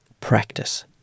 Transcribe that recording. practice